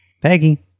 Peggy